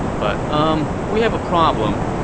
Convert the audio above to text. but, umm, we have a problem.